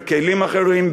בכלים אחרים,